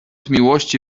miłości